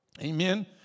Amen